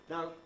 Now